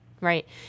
right